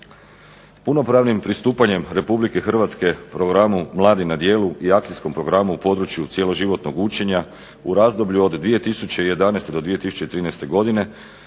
Punopravnim pristupanjem Republike Hrvatske Programu Mladi na djelu i Akcijskom programu u području cjeloživotnog učenja u razdoblju od 2011. do 2013. godine